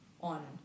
on